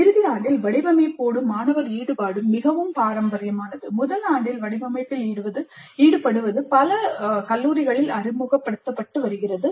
இறுதி ஆண்டில் வடிவமைப்போடு மாணவர் ஈடுபாடு மிகவும் பாரம்பரியமானது முதல் ஆண்டில் வடிவமைப்பில் ஈடுபடுவது பல நிறுவனங்களில் அறிமுகப்படுத்தப்படுகிறது